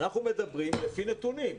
אנחנו מדברים לפי נתונים.